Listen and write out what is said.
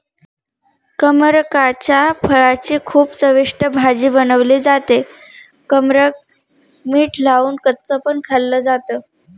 कमरकाच्या फळाची खूप चविष्ट भाजी बनवली जाते, कमरक मीठ लावून कच्च पण खाल्ल जात